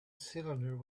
cylinder